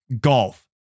Golf